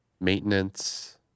maintenance